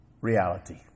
reality